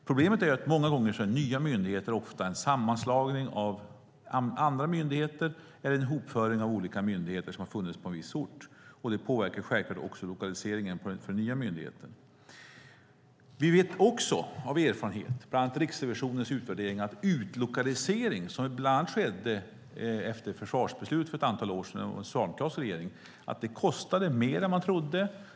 Problemet är att nya myndigheter många gånger är en sammanslagning av andra myndigheter eller en ihopföring av olika myndigheter som har funnits på en viss ort. Detta påverkar självklart också lokaliseringen av den nya myndigheten. Vi vet också av erfarenhet, bland annat Riksrevisionens utvärdering, att den utlokalisering som bland annat skedde efter ett försvarsbeslut för ett antal år sedan under en socialdemokratisk regering kostade mer än man trodde.